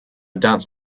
dance